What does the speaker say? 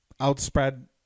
outspread